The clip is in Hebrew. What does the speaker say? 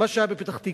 מה שהיה בפתח-תקווה.